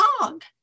dog